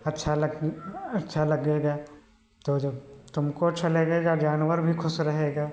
अच्छा लग अच्छा लगेगा तो जब तुमको अच्छा लगेगा जानवर भी खुश रहेगा